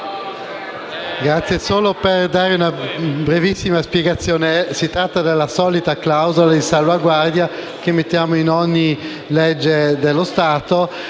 Presidente, solo per dare una brevissima spiegazione: si tratta della solita clausola di salvaguardia che inseriamo in ogni legge dello Stato